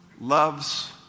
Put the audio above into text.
loves